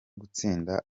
gutsinda